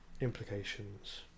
implications